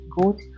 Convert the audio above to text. good